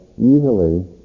easily